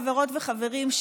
חברות וחברים,